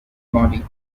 body